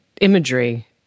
imagery